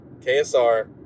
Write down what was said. KSR